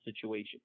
situation